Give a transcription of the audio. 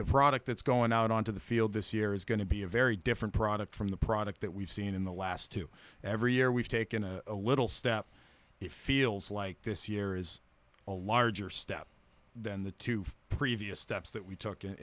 the product that's going out onto the field this year is going to be a very different product from the product that we've seen in the last two every year we've taken a little step it feels like this year is a larger step than the two previous steps that we took i